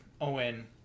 Owen